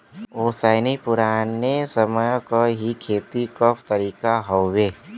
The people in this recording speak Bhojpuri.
ओसैनी पुराने समय क ही खेती क तरीका हउवे